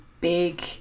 big